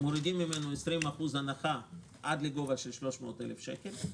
מורידים ממנו 20% הנחה עד לגובה של 300,000 שקל.